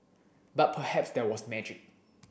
but perhaps there was magic